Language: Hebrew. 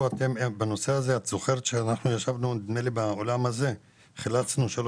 בנושא הזה את זוכרת שישבנו באולם הזה וחילצנו 3